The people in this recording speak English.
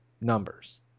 numbers